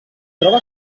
troba